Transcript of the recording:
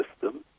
system